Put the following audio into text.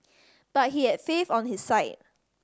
but he had faith on his side